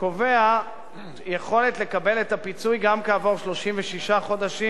שקובע יכולת לקבל את הפיצוי גם כעבור 36 חודשים